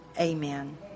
Amen